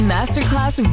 Masterclass